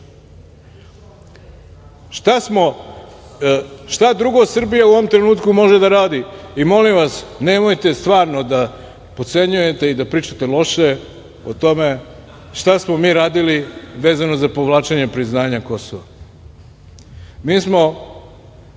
Šta smo, šta drugo Srbija u ovom trenutku može da radi i molim vas, nemojte stvarno da potcenjujete i da pričate loše o tome šta smo mi radili vezano za povlačenje priznanja Kosova. Mi smo